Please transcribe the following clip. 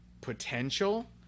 potential